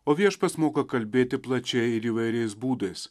o viešpats moka kalbėti plačiai ir įvairiais būdais